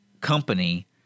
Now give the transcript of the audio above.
company